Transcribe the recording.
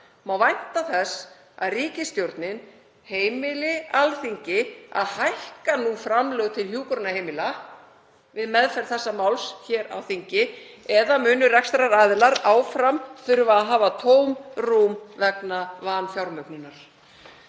Má vænta þess að ríkisstjórnin heimili Alþingi að hækka framlög til hjúkrunarheimila við meðferð þessa máls hér á þingi eða munu rekstraraðilar áfram þurfa að hafa tóm rúm vegna vanfjármögnunar?